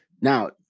Now